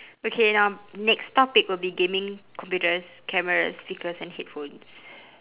okay now next topic will be gaming computers cameras speakers and headphones